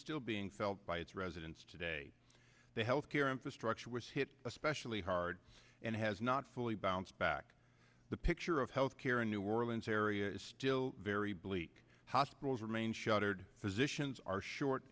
still being felt by its residents today the health care infrastructure was hit especially hard and has not fully bounce back the picture of health care in new orleans area still very bleak hospitals remain shuttered physicians are short